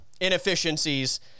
inefficiencies